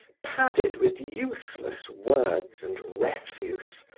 padded with useless words and refuse,